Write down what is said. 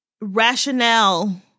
rationale